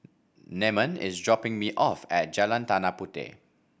Namon is dropping me off at Jalan Tanah Puteh